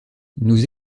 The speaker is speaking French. nous